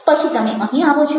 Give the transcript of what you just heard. પછી તમે અહીં આવો છો